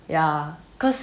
ya cause